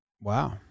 Wow